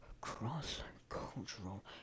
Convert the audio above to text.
cross-cultural